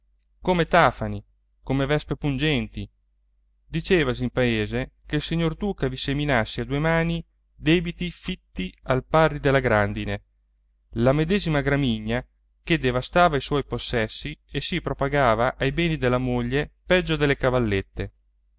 come tafani come vespe pungenti dicevasi in paese che il signor duca vi seminasse a due mani debiti fitti al pari della grandine la medesima gramigna che devastava i suoi possessi e si propagava ai beni della moglie peggio delle cavallette